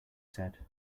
said